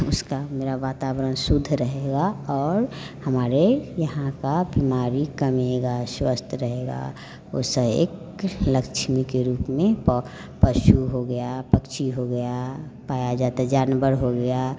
उसका मेरा वातावरण शुध रहेगा और हमारे यहाँ की बीमारी कम रहेगी स्वस्थ रहेगा उस एक लक्ष्मी के रूप में पो पशु हो गया पक्षी हो गया पाया जाता है जानवर हो गया